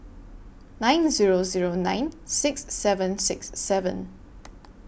nine Zero Zero nine six seven six seven